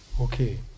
Okay